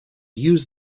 use